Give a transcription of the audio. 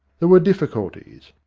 there were difficulties.